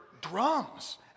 drums